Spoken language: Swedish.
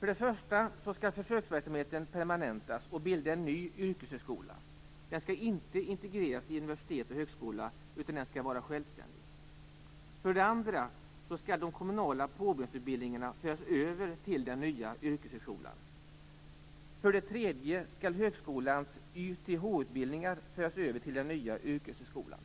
För det första skall försöksverksamheten permanentas och bilda en ny yrkeshögskola. Den skall inte integreras i universitet och högskola, utan den skall vara självständig. För det andra skall de kommunala påbyggnadsutbildningarna föras över till den nya yrkeshögskolan. För det tredje skall högskolans YTH-utbildningar föras över till den nya yrkeshögskolan.